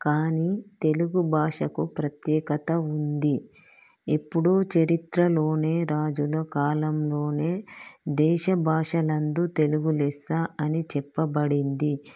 కానీ తెలుగు భాషకు ప్రత్యేకత ఉంది ఎప్పుడూ చరిత్రలోనే రాజుల కాలంలోనే దేశ భాషలందు తెలుగు లెస్స అని చెప్పబడింది